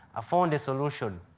ah found a solution.